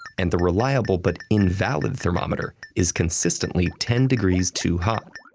and the reliable but invalid thermometer is consistently ten degrees too hot.